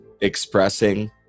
expressing